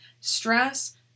stress